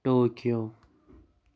Tokyo